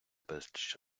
безліч